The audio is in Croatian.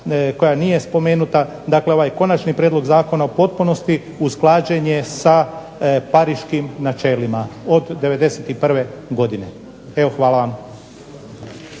koja nije spomenuta, ovaj konačni prijedlog zakona u potpunosti usklađen je sa Pariškim načelima od 91. godine. Evo, hvala vam.